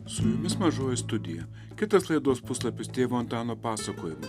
su jumis mažoji studija kitas laidos puslapis tėvo antano pasakojimai